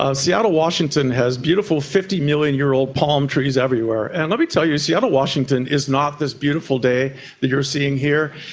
um seattle washington has beautiful fifty million-year-old palm trees everywhere. and let me tell you, seattle washington is not this beautiful day that you are seeing here,